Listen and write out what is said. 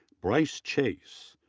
bryce chase.